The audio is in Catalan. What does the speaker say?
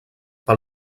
pel